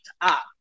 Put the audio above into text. up